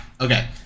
okay